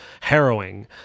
harrowing